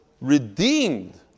redeemed